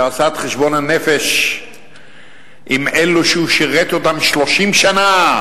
כשעשה את חשבון הנפש עם אלו שהוא שירת אותם 30 שנה,